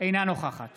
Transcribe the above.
אינה נוכחת